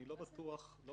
אני לא בטוח שצריך